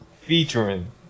featuring